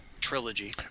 trilogy